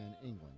England